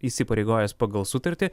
įsipareigojęs pagal sutartį